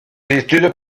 études